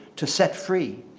to set free.